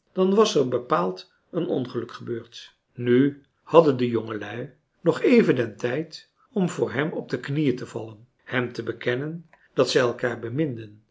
dan was er bepaald een ongeluk gebeurd nu hadden de jongelui nog even den tijd om voor hem op de knieën te vallen hem te bekennen dat zij elkaar